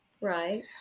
Right